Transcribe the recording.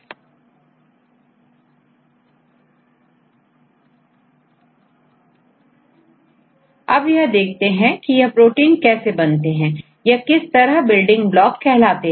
आप देखें की20 अमीनो एसिड रेसिड्यू कैसे प्रोटीन चैन बनाते हैं और यह बिल्डिंग ब्लॉक होते हैं